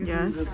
Yes